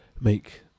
make